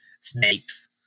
snakes